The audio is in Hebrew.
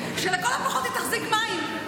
שלכל הפחות היא תחזיק מים.